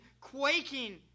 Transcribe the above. quaking